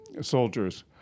soldiers